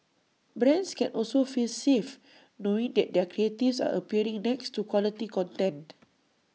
brands can also feel safe knowing that their creatives are appearing next to quality content